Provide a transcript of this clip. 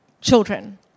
children